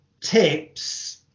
tips